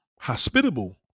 hospitable